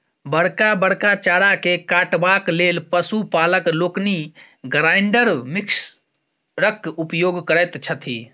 बड़का बड़का चारा के काटबाक लेल पशु पालक लोकनि ग्राइंडर मिक्सरक उपयोग करैत छथि